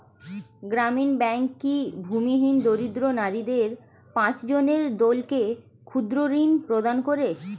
গ্রামীণ ব্যাংক কি ভূমিহীন দরিদ্র নারীদের পাঁচজনের দলকে ক্ষুদ্রঋণ প্রদান করে?